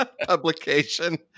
publication